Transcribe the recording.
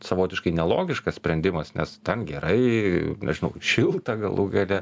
savotiškai nelogiškas sprendimas nes ten gerai nežinau šilta galų gale